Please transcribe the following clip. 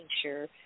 sure